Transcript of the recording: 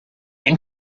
and